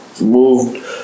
moved